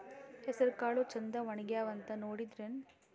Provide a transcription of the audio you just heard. ಹೆಸರಕಾಳು ಛಂದ ಒಣಗ್ಯಾವಂತ ನೋಡಿದ್ರೆನ?